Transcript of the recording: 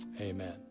Amen